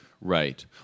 Right